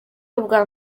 ubwa